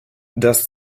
das